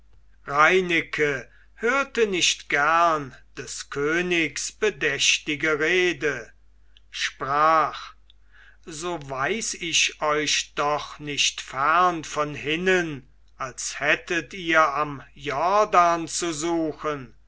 reineke hörte nicht gern des königs bedächtige rede sprach so weis ich euch doch nicht fern von hinnen als hättet ihr am jordan zu suchen